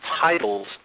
titles